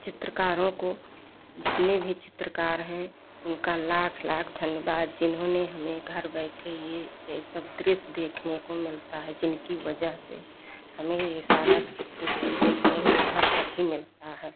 चित्रकारों को जितने भी चित्रकार हैं उनका लाख लाख धन्यवाद जिन्होंने हमें घर बैठे यह यह सब दृश्य देखने को मिलता है जिनकी वजह से हमें यह सारा चित्र देखने को घर पर ही मिलता है